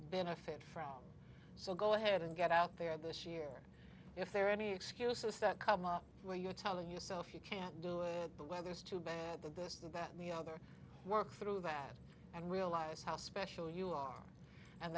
benefit from so go ahead and get out there this year if there are any excuses that come up where you tell yourself you can't do it the weather's too bad that this is about me other work through that and realize how special you are and